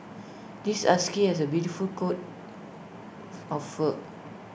this husky has A beautiful coat of fur